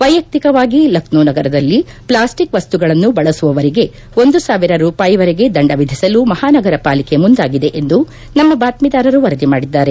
ವೈಯಕ್ತಿಕವಾಗಿ ಲಖನೌ ನಗರದಲ್ಲಿ ಪಾಸ್ಸಿಕ್ ವಸ್ತುಗಳನ್ನು ಬಳಸುವವರಿಗೆ ಒಂದು ಸಾವಿರ ರೂಪಾಯಿವರೆಗೆ ದಂಡ ವಿಧಿಸಲು ಮಹಾನಗರ ಪಾಲಿಕೆ ಮುಂದಾಗಿದೆ ಎಂದು ನಮ್ನ ಬಾತ್ತೀದಾರರು ವರದಿ ಮಾಡಿದ್ದಾರೆ